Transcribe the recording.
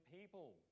people